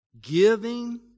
giving